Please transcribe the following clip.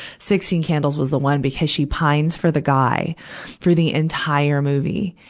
sixteen candles was the one because she pines for the guy for the entire movie.